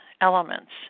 elements